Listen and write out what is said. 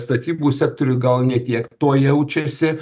statybų sektoriuj gal ne tiek to jaučiasi